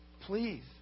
please